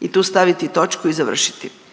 I tu staviti točku i završiti.